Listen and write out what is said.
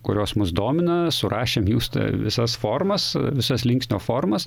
kurios mus domina surašėm jų tas visas formas visas linksnio formas